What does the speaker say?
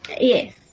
Yes